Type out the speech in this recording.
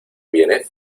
viene